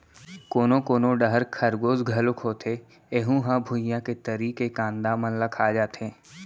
कोनो कोनो डहर खरगोस घलोक होथे ऐहूँ ह भुइंया के तरी के कांदा मन ल खा जाथे